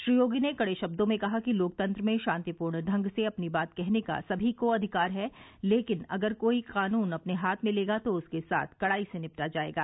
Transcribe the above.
श्री योगी ने कड़े शब्दों में कहा कि लोकतंत्र में शांतिपूर्ण ढंग से अपनी बात कहने का समी को अधिकार है लेकिन अगर कोई कानून अपने हाथ में लेगा तो उसके साथ कड़ाई से निपटा जायेगा